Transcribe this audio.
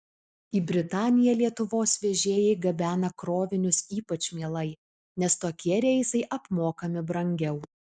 į britaniją lietuvos vežėjai gabena krovinius ypač mielai nes tokie reisai apmokami brangiau